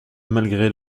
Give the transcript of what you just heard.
malgré